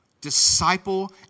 disciple